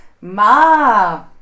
Ma